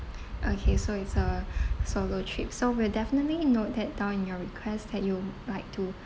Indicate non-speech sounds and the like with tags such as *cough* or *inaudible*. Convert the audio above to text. *breath* okay so it's a *breath* solo trip so we'll definitely note that down in your request that you like to